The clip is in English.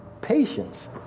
patience